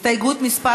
הסתייגות מס'